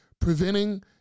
preventing